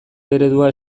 eredua